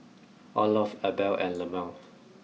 Olof Abel and Lemuel